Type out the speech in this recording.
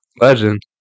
Legend